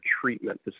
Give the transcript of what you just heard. treatment